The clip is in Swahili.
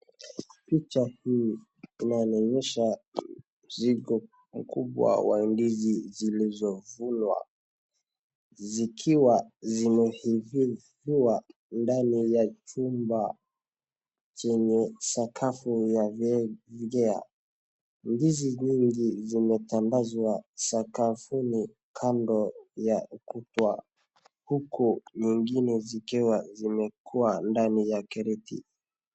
Picha hii inanionyesha mzigo mkubwa wa ndizi zilizovunwa, zikiwa zimehifadhiwa ndani ya chumba chenye sakafu ya vegea. Ndizi nyingi zimetandazwa sakafuni kando ya huku kwa, huku zingine zikiwa zimeekwa ndani ya kreti.